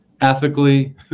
ethically